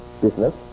business